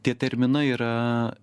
tie terminai yra